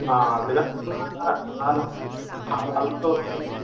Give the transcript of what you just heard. ஆ அப்படி தான் சொல்வாங்க ஆனால் ஆனால்